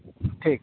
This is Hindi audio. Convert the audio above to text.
ठीक है